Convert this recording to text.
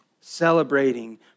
celebrating